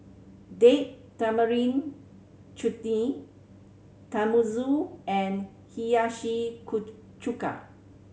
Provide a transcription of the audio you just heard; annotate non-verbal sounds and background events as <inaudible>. Date Tamarind Chutney Tenmusu and Hiyashi <unintelligible> Chuka